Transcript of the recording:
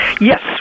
Yes